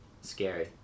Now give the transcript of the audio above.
scary